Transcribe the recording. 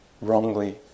wrongly